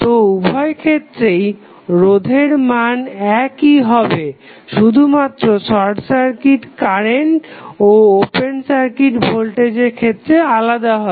তো উভয়ক্ষেত্রেই রোধের মান একই হবে শুধুমাত্র শর্ট সার্কিট কারেন্ট ও ওপেন সার্কিট ভোল্টেজের ক্ষেত্রে আলাদা হবে